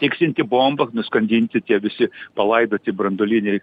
tiksinti bomba nuskandinti tie visi palaidoti branduoliniai